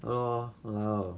ya lor !walao!